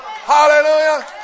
Hallelujah